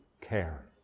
care